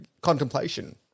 contemplation